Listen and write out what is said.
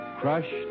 crushed